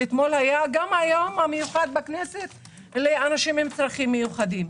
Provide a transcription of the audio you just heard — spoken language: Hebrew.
ואתמול היה גם היום המיוחד בכנסת לאנשים עם צרכים מיוחדים,